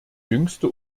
jüngste